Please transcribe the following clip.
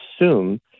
assume